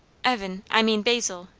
evan i mean, basil!